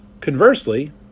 Conversely